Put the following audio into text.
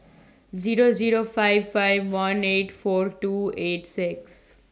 Zero Zero five five one eight four two eight six